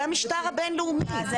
זה המשטר הבין-לאומי.